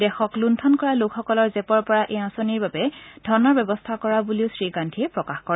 দেশক লুঠন কৰা লোকসকলৰ জেপৰ পৰা এই আঁচনিৰ বাবে ধনৰ ব্যৱস্থা কৰা বুলিও শ্ৰীগান্ধীয়ে প্ৰকাশ কৰে